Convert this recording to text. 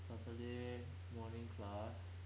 saturday morning class